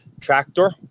Tractor